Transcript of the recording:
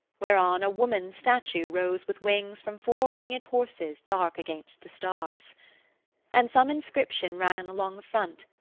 whereon a woman-statue rose with wings from four winged horses dark against the stars and some inscription ran along the front,